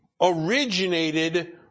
originated